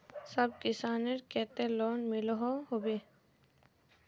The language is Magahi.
सब किसानेर केते लोन मिलोहो होबे?